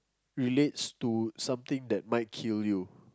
relates to something that might kill you